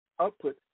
output